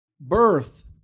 birth